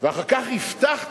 ואחר כך הבטחת,